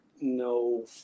no